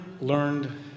learned